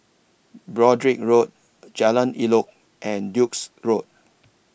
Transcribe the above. Broadrick Road Jalan Elok and Duke's Road